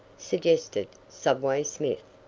suggested subway smith.